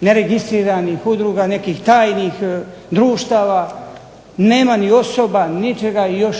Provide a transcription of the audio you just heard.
neregistriranih udruga, nekih tajnih društava, nema ni osoba ni ničega i još